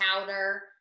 powder